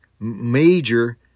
major